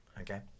Okay